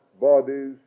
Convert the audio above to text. bodies